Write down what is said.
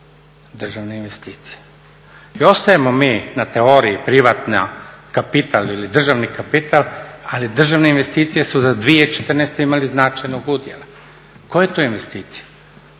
državne investicije. I ostajemo mi na teoriji privatni kapital ili državni kapital ali državne investicije su za 2014. imali značajnog udjela. Koja je to investicija?